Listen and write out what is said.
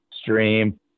stream